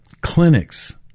clinics